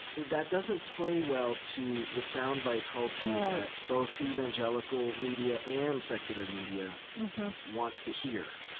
that doesn't play well to the sound bite culture that both evangelical media and secular media wants to hear.